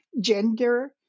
gender